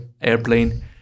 airplane